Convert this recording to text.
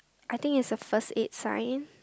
I think is the first aid sign